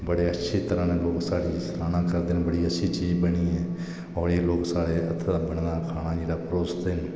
बड़े अच्छे तरहां कन्नै ते लोक आखदे बड़ी अच्छी चीज बनी ऐ ओर लोक साढ़े हत्थें दा खाना जेहड़ा परोसदे न